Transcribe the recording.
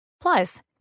Plus